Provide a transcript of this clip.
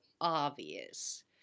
obvious